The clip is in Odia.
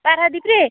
ପାରାଦ୍ୱୀପରେ